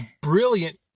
brilliant